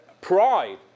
pride